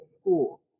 school